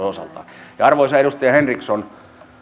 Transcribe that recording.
osalta arvoisa edustaja henriksson